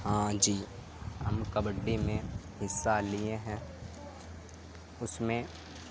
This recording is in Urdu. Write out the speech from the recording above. ہاں جی ہم کبڈی میں حصہ لیے ہیں اس میں